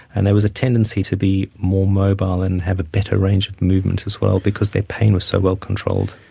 and there was a tendency to be more mobile and have a better range of movement as well because their pain was so well controlled.